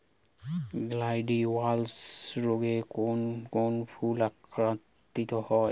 Gladiolus রোগে কোন কোন ফুল আক্রান্ত হয়?